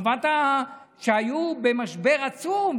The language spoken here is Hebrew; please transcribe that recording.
שהיו במשבר עצום,